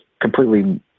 completely